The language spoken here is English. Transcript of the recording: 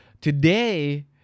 today